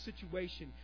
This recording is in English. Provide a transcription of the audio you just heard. situation